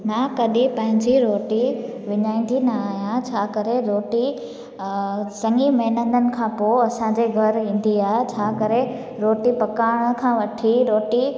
मां कॾहिं पंहिंजी रोटी विञाईंदी न आहियां छा करे रोटी चंङी महिनतनि खां पोइ असांजे घर ईंदी आहे छा करे रोटी पचाइण खां वठी रोटी